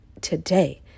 today